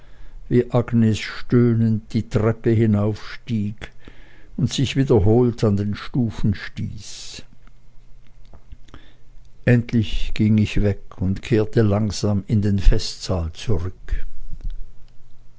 wie agnes stöhnend die treppe hinaufstieg und sich wiederholt an den stufen stieß endlich ging ich weg und kehrte langsam in den festsaal zurück